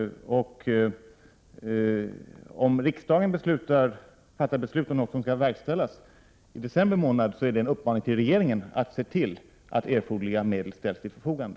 Om riksdagen i december månad fattar beslut om någonting som skall verkställas, är det en uppmaning till regeringen att se till att erforderliga medel ställs till förfogande.